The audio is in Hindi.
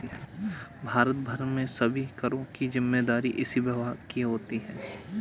भारत भर में सभी करों की जिम्मेदारी इसी विभाग की होती है